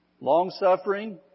long-suffering